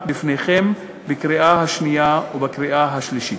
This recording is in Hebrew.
בפניכם בקריאה השנייה ובקריאה השלישית.